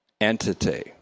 entity